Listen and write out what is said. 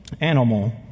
animal